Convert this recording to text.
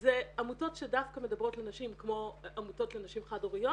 זה עמותות שדווקא מדברות לנשים כמו עמותות לנשים חד הוריות,